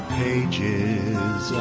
pages